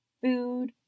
food